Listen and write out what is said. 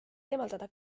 eemaldada